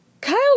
Kyle